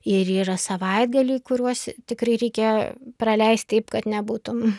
ir yra savaitgaliai kuriuos tikrai reikia praleist taip kad nebūtum